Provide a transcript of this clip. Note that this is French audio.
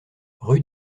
rue